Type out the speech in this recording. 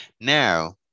Now